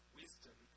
wisdom